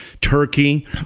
Turkey